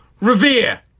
Revere